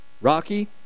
Rocky